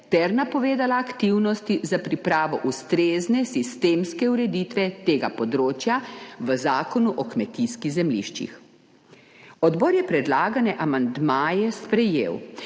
ter napovedala aktivnosti za pripravo ustrezne sistemske ureditve tega področja v Zakonu o kmetijskih zemljiščih. Odbor je predlagane amandmaje sprejel